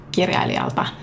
kirjailijalta